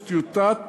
אוגוסט טיוטת